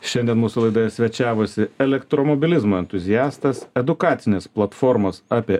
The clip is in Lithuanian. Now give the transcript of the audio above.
šiandien mūsų laidoje svečiavosi elektromobilizmo entuziastas edukacinės platformos apie